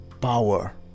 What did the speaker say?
power